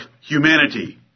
humanity